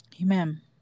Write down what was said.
Amen